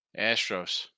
Astros